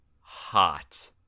hot